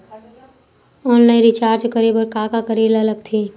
Online recharge करे बर का का करे ल लगथे?